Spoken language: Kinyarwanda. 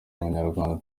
abanyarwanda